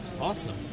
Awesome